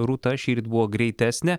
rūta šįryt buvo greitesnė